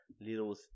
little